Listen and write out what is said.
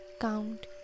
count